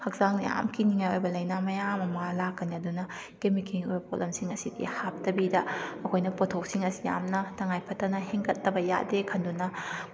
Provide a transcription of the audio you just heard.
ꯍꯛꯆꯥꯡꯗ ꯌꯥꯝ ꯀꯤꯅꯤꯡꯉꯥꯏ ꯑꯣꯏꯕ ꯂꯩꯅꯥ ꯃꯌꯥꯝ ꯑꯃ ꯂꯥꯛꯀꯅꯤ ꯑꯗꯨꯅ ꯀꯦꯃꯤꯀꯦꯜꯒꯤ ꯑꯣꯏꯕ ꯄꯣꯠꯂꯝꯁꯤꯡ ꯑꯁꯤꯗꯤ ꯍꯥꯞꯇꯕꯤꯗ ꯑꯩꯈꯣꯏꯅ ꯄꯣꯠꯊꯣꯛꯁꯤꯡ ꯑꯁꯤ ꯌꯥꯝꯅ ꯇꯉꯥꯏ ꯐꯗꯅ ꯍꯦꯟꯒꯠꯇꯕ ꯌꯥꯗꯦ ꯈꯟꯗꯨꯅ